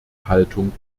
haltung